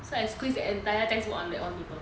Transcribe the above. so I squeezed the entire textbook on that one paper